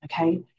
Okay